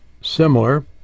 Similar